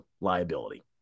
liability